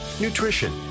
Nutrition